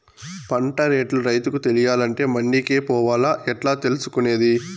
పంట రేట్లు రైతుకు తెలియాలంటే మండి కే పోవాలా? ఎట్లా తెలుసుకొనేది?